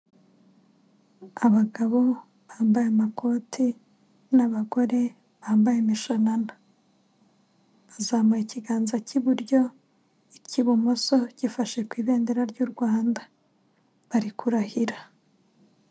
Abagabo bambaye amakoti n'abagore bambaye imishanana, bazamuye ikiganza cy'iburyo icy'ibumoso gifashe ku ibendera ry'u Rwanda bari kurahira.